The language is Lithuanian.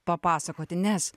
papasakoti nes